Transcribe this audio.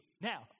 Now